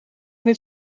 niet